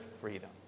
freedom